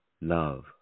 Love